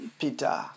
Peter